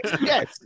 yes